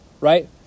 right